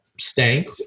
stank